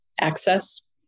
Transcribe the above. access